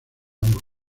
ambos